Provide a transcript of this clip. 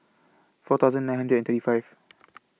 four thousand nine hundred and thirty five